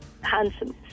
handsome